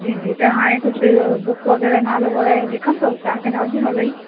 जी जी त हाणे कुझु बुक वग़ैरह नालो वग़ैरह लिखंदो छा की न ओॾीमहिल ई